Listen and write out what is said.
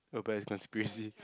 oh but is conspiracy